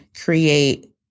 create